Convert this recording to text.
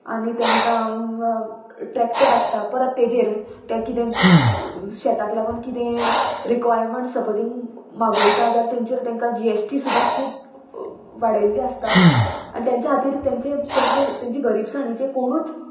आनी तांकां ट्रॅक्टर आसता परत तेजेर ते किदें शेताक लागून किदें रिक्वायरमेंट सपोजींग मागयता जाल्यार तेंचेर तांकां जी एस टी सुद्दां खूब वाडयल्ली आसता आनी तेंच्या खातीर तेंचे तेंचे तेंचे गरीबसाणीचे कोणूच